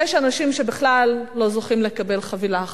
ויש אנשים שבכלל לא זוכים לקבל חבילה אחת.